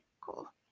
cool